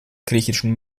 griechischen